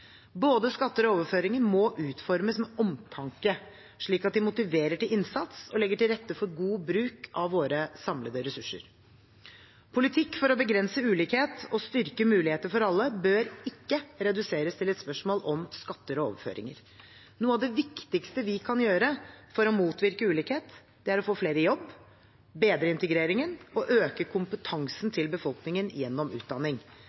Både skatter og overføringer må utformes med omtanke, slik at de motiverer til innsats og legger til rette for god bruk av våre samlede ressurser. Politikk for å begrense ulikhet og styrke muligheter for alle bør ikke reduseres til et spørsmål om skatter og overføringer. Noe av det viktigste vi kan gjøre for å motvirke ulikhet, er å få flere i jobb, bedre integreringen og øke kompetansen til befolkningen gjennom utdanning.